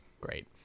Great